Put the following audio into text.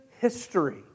history